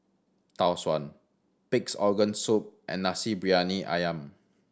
Tau Suan Pig's Organ Soup and Nasi Briyani Ayam